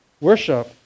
Worship